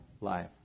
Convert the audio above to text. life